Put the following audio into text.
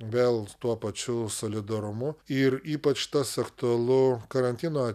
vėl tuo pačiu solidarumu ir ypač tas aktualu karantino